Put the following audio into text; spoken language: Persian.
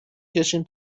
کشیم